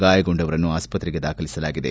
ಗಾಯಗೊಂಡವರನ್ನು ಆಸ್ಪತ್ರೆಗೆ ದಾಖಲಿಸಲಾಗಿದೆ